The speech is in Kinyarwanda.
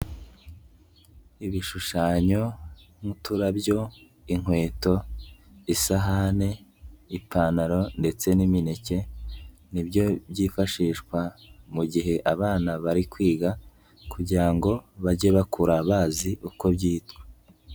Ibishushanyo n'uturabyo, inkweto, isahani, ipantaro ndetse n'imineke, ni byo byifashishwa mu gihe abana bari kwiga kugira ngo bajye bakura bazi uko byitwa.